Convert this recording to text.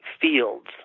fields